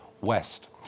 west